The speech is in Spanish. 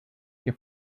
que